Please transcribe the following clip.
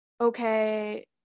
okay